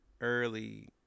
early